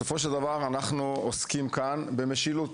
בסופו של דבר אנחנו עוסקים כאן במשילות.